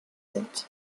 sind